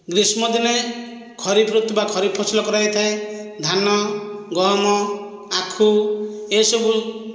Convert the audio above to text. ଗ୍ରୀଷ୍ମ ଦିନେ ଖରିଫଋତୁ ବା ଖରିଫ ଫସଲ କରାଯାଇଥାଏ ଧାନ ଗହମ ଆଖୁ ଏସବୁ